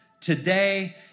today